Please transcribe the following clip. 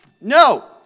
No